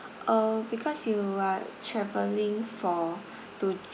uh because you are travelling for to ju~